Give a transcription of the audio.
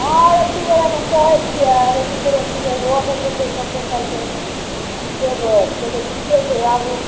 हँ एक दुइ गोरेके कहै छिए अड़ोसी पड़ोसीकेँ ओहोसभ जएतै सभकेँ कहलकै हमे जएबै तऽ कहलिए ठिके छै आबू